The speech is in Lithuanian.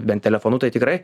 bent telefonu tai tikrai